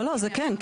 לא לא זה כן,